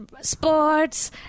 sports